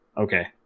Okay